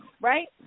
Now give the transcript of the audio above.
right